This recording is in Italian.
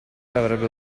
avrebbe